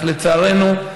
אך לצערנו,